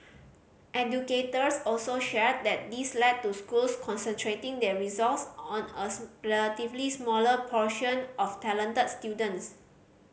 educators also shared that this led to schools concentrating their resource on a relatively smaller portion of talented students